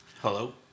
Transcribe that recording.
Hello